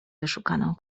wyszukaną